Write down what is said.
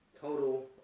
total